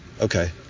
Okay